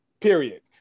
Period